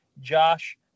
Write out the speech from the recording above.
Josh